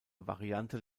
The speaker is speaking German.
variante